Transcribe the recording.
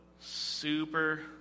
super